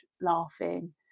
laughing